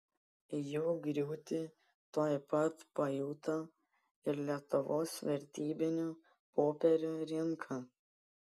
jų griūtį tuoj pat pajuto ir lietuvos vertybinių popierių rinka